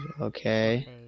okay